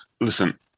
Listen